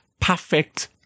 perfect